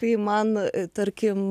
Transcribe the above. tai man tarkim